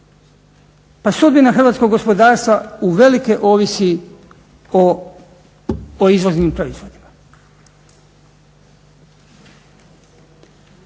Pa sudbina hrvatskog gospodarstva uvelike ovisi o izvoznim proizvodima.